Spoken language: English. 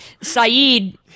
Saeed